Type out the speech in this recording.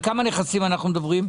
על כמה נכסים אנחנו מדברים?